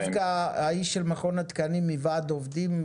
דווקא האיש של מכון התקנים מוועד העובדים,